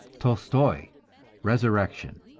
tolstoi resurrection.